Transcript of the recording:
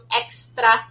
extra